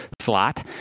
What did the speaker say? slot